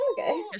okay